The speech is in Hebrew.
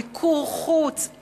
מיקור חוץ,